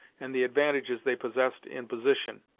and the advantages they possessed in position,